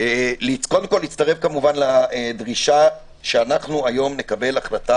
קודם כל להצטרף לדרישה שאנו היום נקבל החלטה